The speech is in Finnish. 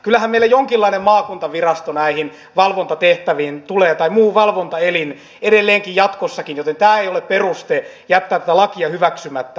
kyllähän meillä jonkinlainen maakuntavirasto tai muu valvontaelin näihin valvontatehtäviin tulee edelleenkin jatkossakin joten tämä ei ole peruste jättää tätä lakia hyväksymättä